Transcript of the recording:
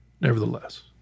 nevertheless